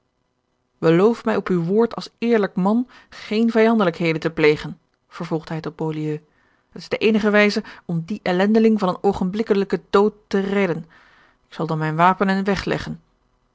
beloof mij op uw woord als eerlijk man geene vijandelijkheden te plegen vervolgde hij tot beaulieu het is de eenige wijze george een ongeluksvogel om dien ellendeling van een oogenblikkelijken dood te redden ik zal dan mijne wapenen wegleggen